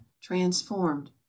Transformed